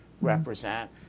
represent